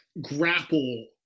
grapple